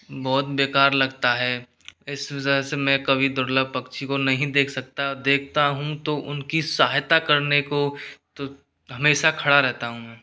बहुत बेकार लगता है इस वजह से मैं कभी दुर्लभ पक्षी को नहीं देख सकता देखता हूँ तो उनकी सहायता करने को तो हमेशा खड़ा रहता हूँ